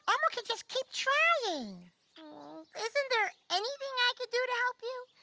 elmo can just keep trying. aw isn't there anything i can do to help you?